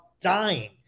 dying